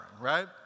right